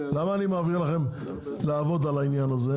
למה אני מעביר לכם לעבוד על העניין הזה?